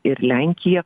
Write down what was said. ir lenkija